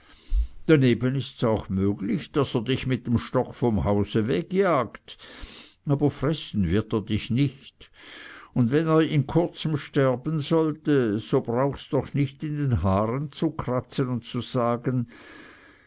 daneben ists auch möglich daß er dich mit dem stock vom hause wegjagt aber fressen wird er dich nicht und wenn er in kurzem sterben sollte so brauchst doch nicht in den haaren zu kratzen und zu sagen